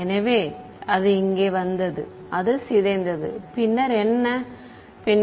எனவே அது இங்கே வந்தது அது சிதைந்தது பின்னர் என்ன பின்னர் முதலில்